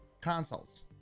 consoles